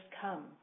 come